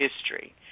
History